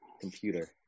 computer